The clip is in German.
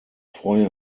freue